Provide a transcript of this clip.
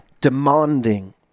demanding